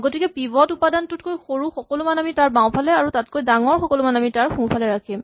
গতিকে পিভট উপাদানটোতকৈ সৰু সকলো মান আমি তাৰ বাওঁফালে আৰু তাতকৈ ডাঙৰ সকলো মান আমি তাৰ সোঁফালে ৰাখিম